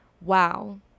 wow